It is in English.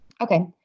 Okay